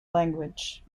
language